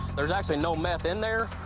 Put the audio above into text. there's actually no meth in there,